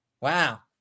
Wow